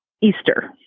Easter